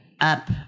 up